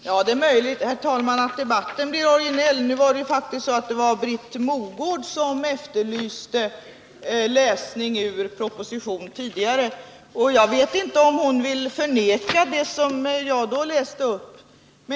Herr talman! Ja, det är möjligt att debatten blir originell. Men det var faktiskt Britt Mogård som efterlyste läsning ur propositionen. Jag vet inte om hon vill förneka riktigheten av det som jag läste upp.